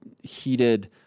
heated